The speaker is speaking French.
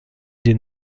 des